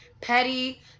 petty